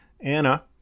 Anna